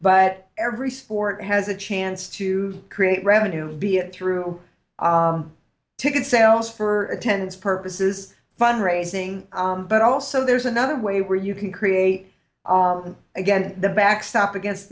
but every sport has a chance to create revenue be it through ticket sales for attendance purposes fundraising but also there's another way where you can create again the backstop against